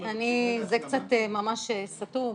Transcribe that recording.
זה קצת סתום,